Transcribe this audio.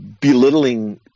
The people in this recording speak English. belittling